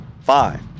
Five